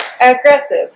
aggressive